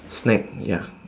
snake ya